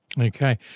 Okay